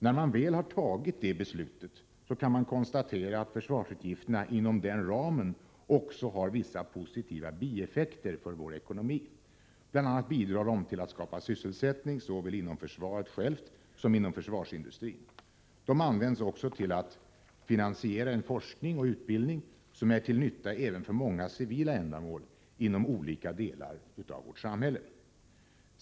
När man väl har tagit det beslutet kan man konstatera att försvarsutgifterna inom den ramen också har vissa positiva bieffekter för vår ekonomi. Bl. a. bidrar de till att skapa sysselsättning såväl inom försvaret självt som inom försvarsindustrin. De används också till att finansiera en forskning och utbildning som är till nytta även för många civila ändamål inom olika delar av vårt samhälle.